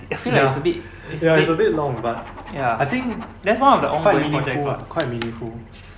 I feel like is a bit is a bit long ya that's one of the ongoing projects lah